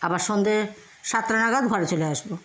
আবার সন্ধে সাতটা নাগাদ ঘরে চলে আসব